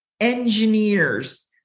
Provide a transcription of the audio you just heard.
engineers